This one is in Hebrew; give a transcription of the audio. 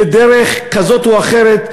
בדרך כזאת או אחרת,